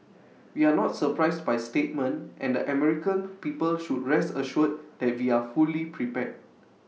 we are not surprised by statement and the American people should rest assured that we are fully prepared